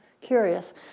curious